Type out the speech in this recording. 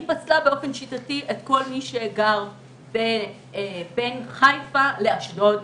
היא פסלה באופן שיטתי את כל מי שגר בין חיפה לאשדוד,